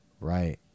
Right